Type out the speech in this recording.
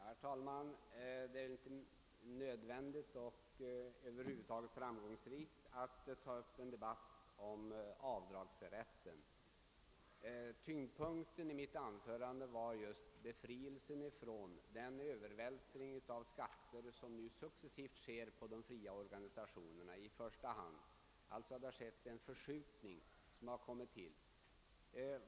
Herr talman! Det är väl inte nödvändigt — och inte heller framgångsrikt — att ta upp en debatt om avdragsrätten. Tyngdpunkten i mitt anförande låg på befrielsen från den övervältring av skatter som nu sker successivt på i första hand de fria organisationerna. Där har det skett en förskjutning.